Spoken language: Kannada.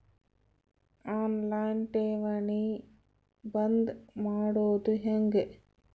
ಆನ್ ಲೈನ್ ಠೇವಣಿ ಬಂದ್ ಮಾಡೋದು ಹೆಂಗೆ?